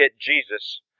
Jesus